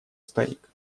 старик